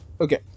okay